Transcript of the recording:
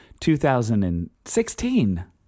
2016